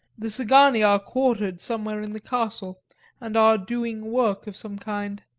the szgany are quartered somewhere in the castle and are doing work of some kind.